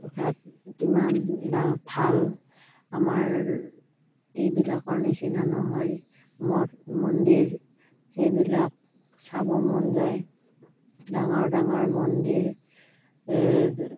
ঘাট কিমান ভাল আমাৰ এইবিলাকৰ নিচিনা নহয় মঠ মন্দিৰ সেইবিলাক চাব মন যায় ডাঙৰ ডাঙৰ মন্দিৰ